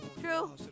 true